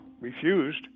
refused